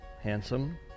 handsome